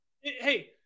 Hey